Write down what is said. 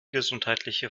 gesundheitliche